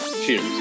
Cheers